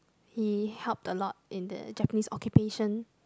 he helped a lot in the Japanese occupation